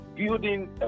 building